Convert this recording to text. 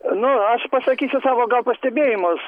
nu aš pasakysiu savo gal pastebėjimus